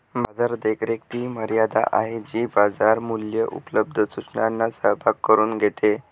बाजार देखरेख ती मर्यादा आहे जी बाजार मूल्ये उपलब्ध सूचनांचा सहभाग करून घेते